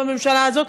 בממשלה הזאת,